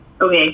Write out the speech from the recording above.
Okay